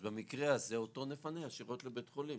אז במקרה הזה אותו נפנה ישירות לבית חולים.